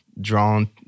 drawn